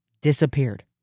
disappeared